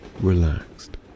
relaxed